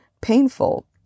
painful